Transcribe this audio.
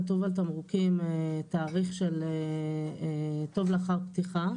כתוב על תמרוקים תאריך של "טוב לאחר פתיחה",